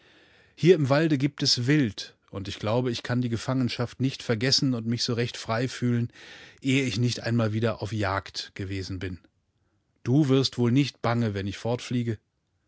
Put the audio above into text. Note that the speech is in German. hier im walde gibt es wild und ich glaube ich kann die gefangenschaft nicht vergessen und mich so recht frei fühlen ehe ich nicht einmal wieder auf jagd gewesen bin du wirst wohl nicht bange wenn ich